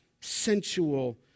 sensual